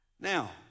Now